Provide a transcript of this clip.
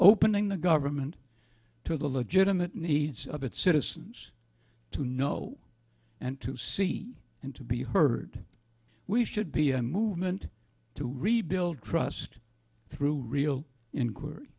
opening the government to the legitimate needs of its citizens to know and to see and to be heard we should be a movement to rebuild trust through real in